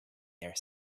their